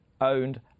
owned